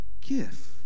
gift